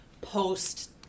post